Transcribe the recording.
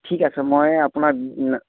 ঠিক আছে মই আপোনাক